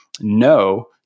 no